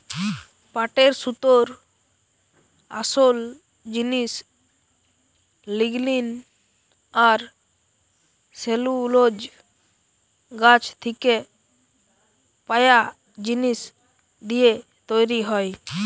পাটের সুতোর আসোল জিনিস লিগনিন আর সেলুলোজ গাছ থিকে পায়া জিনিস দিয়ে তৈরি হয়